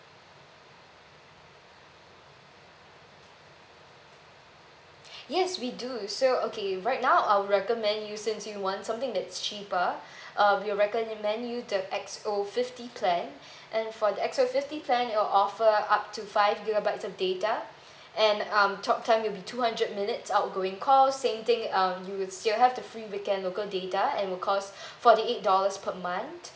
yes we do so okay right now I would recommend you since you want something that's cheaper uh we'll recommend you the X_O fifty plan and for the X_O fifty plan it'll offer up to five gigabytes of data and um talk time will be two hundred minutes outgoing call same thing um you will still have the free weekend local data and will cost forty eight dollars per month